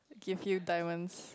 give you diamonds